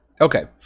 Okay